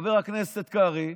חבר הכנסת קרעי,